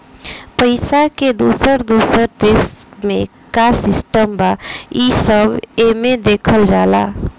पइसा के दोसर दोसर देश मे का सिस्टम बा, ई सब एमे देखल जाला